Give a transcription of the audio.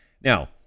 Now